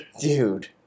Dude